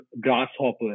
Grasshopper